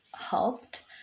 helped